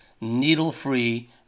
needle-free